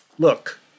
Look